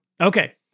okay